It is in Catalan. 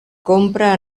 compra